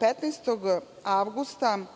Petnaestog